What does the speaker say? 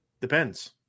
Depends